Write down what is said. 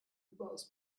überaus